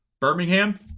Birmingham